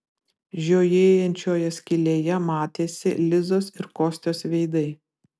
žiojėjančioje skylėje matėsi lizos ir kostios veidai